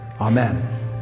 amen